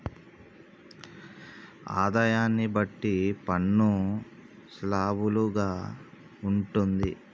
ఆదాయాన్ని బట్టి పన్ను స్లాబులు గా ఉంటుంది